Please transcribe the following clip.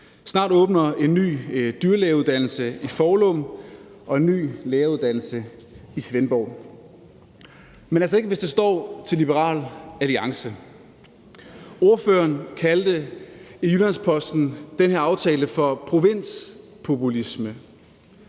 snart åbner en ny dyrlægeuddannelse i Foulum og en ny læreruddannelse i Svendborg. Men sådan skal det ikke være, hvis det står til Liberal Alliance. Ordføreren kaldte i Jyllands-Posten den her aftale for provinspopulisme.